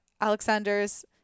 Alexander's